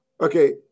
Okay